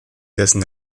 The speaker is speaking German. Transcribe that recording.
dessen